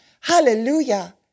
Hallelujah